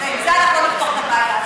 עם זה אנחנו לא נפתור את הבעיה.